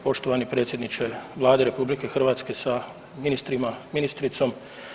Poštovane predsjedniče Vlade RH sa ministrima, ministricom.